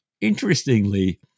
interestingly